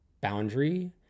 boundary